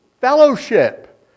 fellowship